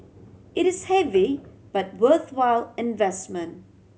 it is heavy but worthwhile investment